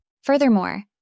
Furthermore